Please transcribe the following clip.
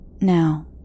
Now